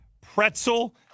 pretzel